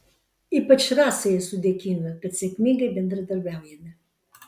ypač rasai esu dėkinga kad sėkmingai bendradarbiaujame